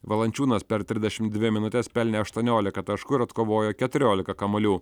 valančiūnas per trisdešimt dvi minutes pelnė aštuoniolika taškų ir atkovojo keturiolika kamuolių